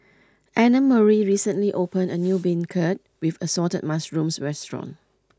Annamarie recently opened a new Beancurd with Assorted Mushrooms restaurant